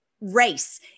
race